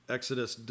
Exodus